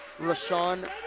Rashawn